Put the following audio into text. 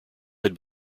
had